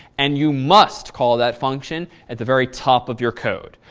and you must call that function at the very top of your code.